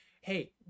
hey